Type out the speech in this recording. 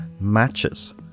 Matches